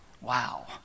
Wow